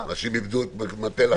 אנשים איבדו את מטה לחמם.